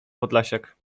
podlasiak